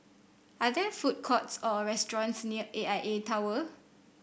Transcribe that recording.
are there food courts or restaurants near A I A Tower